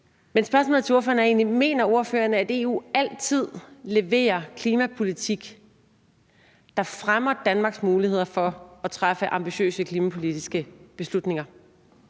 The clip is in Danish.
Men spørgsmålet til ordføreren er egentlig: Mener ordføreren, at EU altid leverer klimapolitik, der fremmer Danmarks muligheder for at træffe ambitiøse klimapolitiske beslutninger?